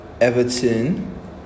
Everton